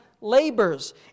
labors